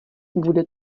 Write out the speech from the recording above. bude